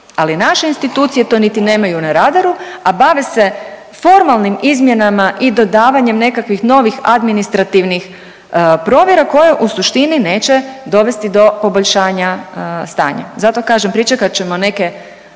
ali naše institucije to niti nemaju na radaru, a bave se formalnim izmjenama i dodavanjem nekakvih novih administrativnih provjera koje u suštini neće dovesti do poboljšanja stanja. Zato kažem pričekat ćemo neke